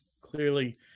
clearly